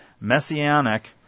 messianic